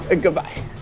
goodbye